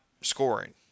scoring